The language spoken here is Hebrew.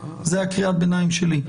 זאת הייתה קריאת הביניים שלי.